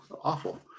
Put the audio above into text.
awful